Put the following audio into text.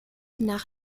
nach